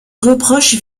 reproches